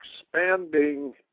expanding